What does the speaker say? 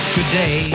today